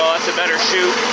a better shoot.